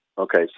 Okay